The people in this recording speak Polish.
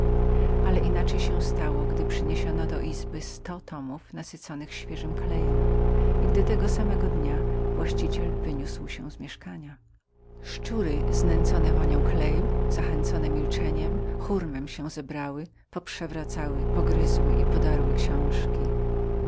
ale inaczej się stało gdy przyniesiono do izby sto tomów obłożonych świeżym klejem i gdy tego samego dnia właściciel wyniósł się z mieszkania szczury znęcone wonią kleju zachęcone milczeniem hurmem się zebrały poprzewracały pogryzły i podarły książki